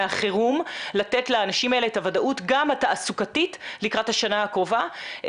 מהחירום לתת לאנשים האלה את הוודאות גם התעסוקתית לקראת השנה הקרובה,